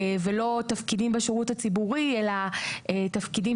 ולא תפקידים בשירות הציבורי אלא תפקידים